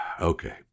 Okay